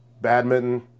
badminton